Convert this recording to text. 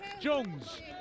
Jones